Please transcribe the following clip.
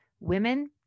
women